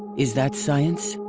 is that science?